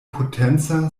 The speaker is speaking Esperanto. potenca